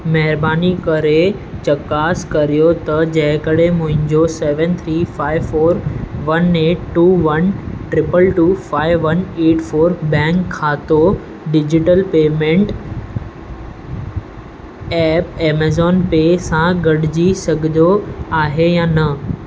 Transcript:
महिरबानी करे चकासु कर्यो त जेकॾहिं मुंहिंजो seven three five four one eight two one triple two five one eight four bank खातो digital payment app Amazon pay सां गॾिजी जी सघंदो आहे या न